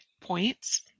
points